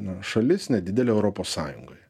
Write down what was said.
na šalis nedidelė europos sąjungoje